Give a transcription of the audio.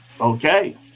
Okay